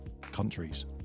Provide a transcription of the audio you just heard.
countries